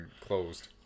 closed